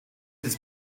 des